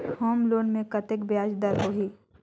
Home loan मे कतेक ब्याज दर होही?